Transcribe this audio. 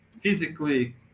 physically